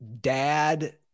dad